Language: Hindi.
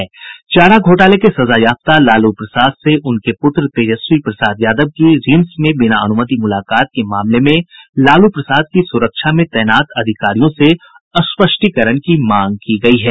चारा घोटाले के सजायाफ्ता लालू प्रसाद से उनके पुत्र तेजस्वी प्रसाद यादव की रिम्स में बिना अन्मति मुलाकात के मामले में लालू प्रसाद की सुरक्षा में तैनात अधिकारियों से स्पष्टीकरण की मांग की गयी है